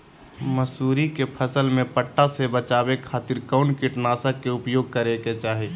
मसूरी के फसल में पट्टा से बचावे खातिर कौन कीटनाशक के उपयोग करे के चाही?